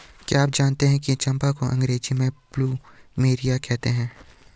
क्या आप जानते है चम्पा को अंग्रेजी में प्लूमेरिया कहते हैं?